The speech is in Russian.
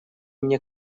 мне